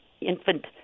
infant